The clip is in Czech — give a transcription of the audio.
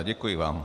Děkuji vám.